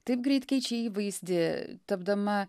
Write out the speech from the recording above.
taip greit keičia įvaizdį tapdama